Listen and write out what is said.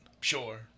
Sure